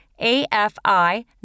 AFI